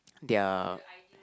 their